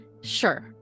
sure